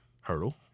Hurdle